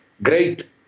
Great